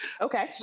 Okay